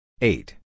Eight